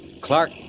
Clark